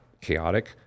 chaotic